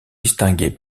distingué